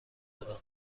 دارم